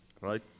Right